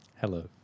Hello